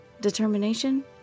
Determination